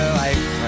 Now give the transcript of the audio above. life